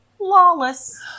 Lawless